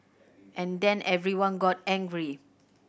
and then everyone got angry